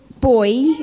boy